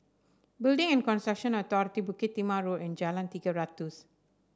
Building and Construction Authority Bukit Timah Road and Jalan Tiga Ratus